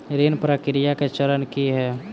ऋण प्रक्रिया केँ चरण की है?